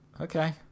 Okay